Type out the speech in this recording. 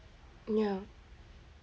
um ya